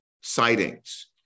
sightings